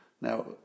Now